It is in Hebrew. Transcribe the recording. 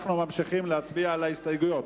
אנחנו ממשיכים להצביע על ההסתייגויות.